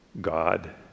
God